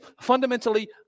fundamentally